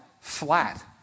flat